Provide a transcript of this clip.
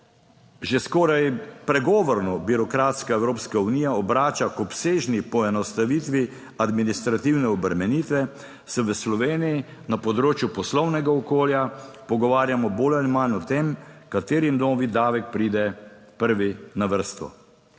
že skoraj pregovorno birokratska Evropska unija obrača k obsežni poenostavitvi administrativne obremenitve, se v Sloveniji na področju poslovnega okolja pogovarjamo bolj ali manj o tem, kateri novi davek pride prvi na vrsto.